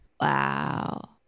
wow